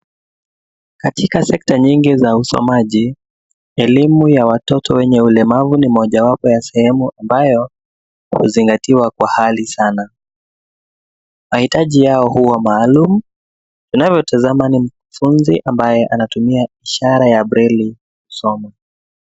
Katika sekta nyingi za usomaji elimu ya watoto wenye ulemavu ni mojawapo ya sehemu ambayo huzingatiwa kwa hali sana. Mahitaji yao huwa maalum. Unayotazama ni mkufunzi ambaye anatumia ishara ya breli kusoma.